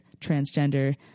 transgender